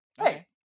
Hey